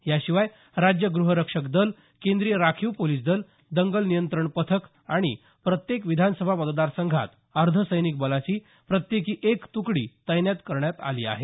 याशिवाय राज्य गुहरक्षक दल केंद्रीय राखीव पोलीस दल दंगल नियंत्रण पथक आणि प्रत्येक विधानसभा मतदारसंघात अर्धसैनिक बलाची प्रत्येकी एक तुकडी तैनात करण्यात आली आहे